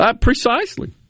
Precisely